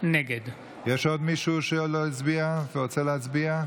בעד יש עוד מישהו שלא הצביע ורוצה להצביע?